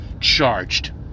charged